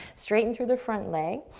straighten through the front leg.